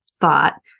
thought